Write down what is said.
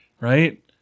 right